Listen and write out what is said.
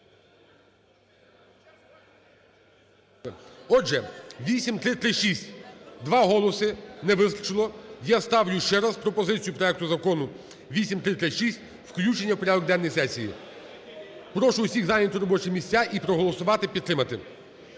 Отже, 8336 – два голоси не вистачило. Я сталю ще раз пропозицію проекту Закону 8336 включення в порядок денний сесії. Прошу всіх зайняти робочі місця і проголосувати, підтримати.